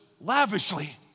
lavishly